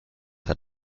had